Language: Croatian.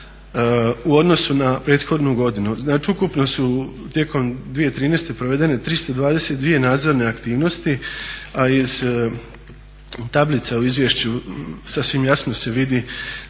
u odnosu na prethodnu godinu. Znači ukupno su tijekom 2013. provedene 322 nadzorne aktivnosti a iz tablica u izvješću sasvim jasno se vidi